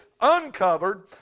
uncovered